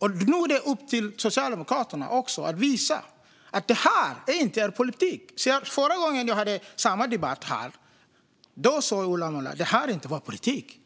Nu är det upp till Socialdemokraterna att också visa att detta inte är er politik. Förra gången vi hade samma debatt här sa Ola Möller: Det här är inte vår politik.